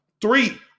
Three